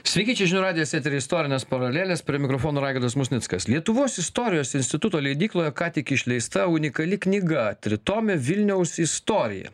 sveiki čia žinių radijas etery istorinės paralelės prie mikrofono raigardas musnickas lietuvos istorijos instituto leidykloje ką tik išleista unikali knyga tritomė vilniaus istorija